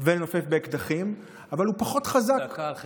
ולנופף באקדחים אבל הוא פחות חזק, דקה על חשבוני.